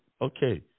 Okay